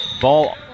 Ball